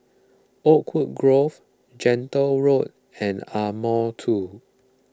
Oakwood Grove Gentle Road and Ardmore two